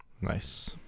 Nice